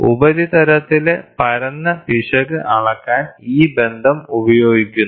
ഉപരിതലത്തിലെ പരന്ന പിശക് അളക്കാൻ ഈ ബന്ധം ഉപയോഗിക്കുന്നു